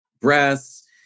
breasts